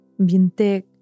bintek